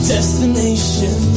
Destination